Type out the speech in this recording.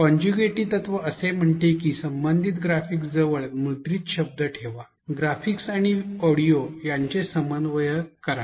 contiguity तत्व असे म्हणते की संबंधित ग्राफिक्स जवळ मुद्रित शब्द ठेवा ग्राफिक्स आणि ऑडिओ यांचे समन्वय करा